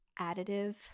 additive